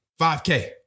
5K